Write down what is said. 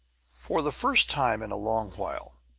for the first time in a long while,